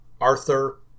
Arthur